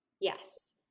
Yes